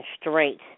straight